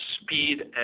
speed